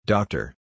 Doctor